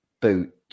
boot